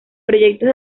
proyectos